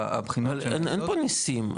הבחינות --- אין פה ניסים.